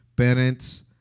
Parents